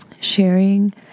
sharing